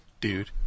Dude